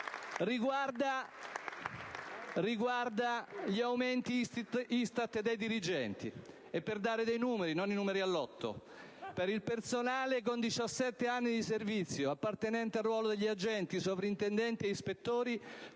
PdL),* gli aumenti ISTAT dei dirigenti. E per dare dei numeri (non i numeri al lotto), per il personale con 17 anni di servizio appartenente al ruolo degli agenti, sovrintendenti e ispettori